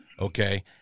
okay